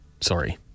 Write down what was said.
sorry